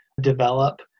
Develop